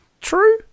true